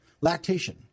Lactation